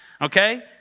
okay